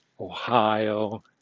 Ohio